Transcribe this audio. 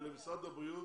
של משרד הבריאות,